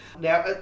Now